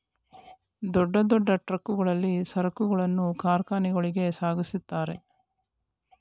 ದೊಡ್ಡ ದೊಡ್ಡ ಟ್ರಕ್ ಗಳಲ್ಲಿ ಸರಕುಗಳನ್ನು ಕಾರ್ಖಾನೆಗಳಿಗೆ ಸಾಗಿಸುತ್ತಾರೆ